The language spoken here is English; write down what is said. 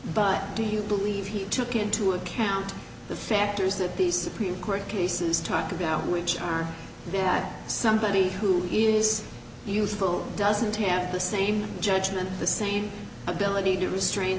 by do you believe he took into account the factors that these supreme court cases talked about which are that somebody who is youthful doesn't have the same judgment the same ability to restrain